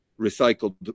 recycled